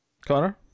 Connor